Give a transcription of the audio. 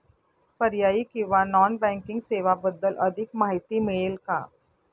पर्यायी किंवा non banking सेवांबद्दल अधिक माहिती मिळेल का?